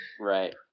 Right